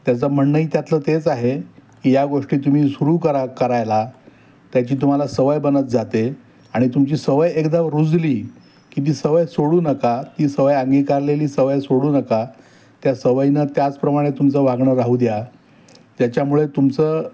त्याचं म्हणणंही त्यातलं तेच आहे की या गोष्टी तुम्ही सुरू करा करायला त्याची तुम्हाला सवय बनत जाते आणि तुमची सवय एकदा रुजली की ती सवय सोडू नका ती सवय अंगीकारलेली सवय सोडू नका त्या सवयीनं त्याचप्रमाणे तुमचं वागणं राहू द्या त्याच्यामुळे तुमचं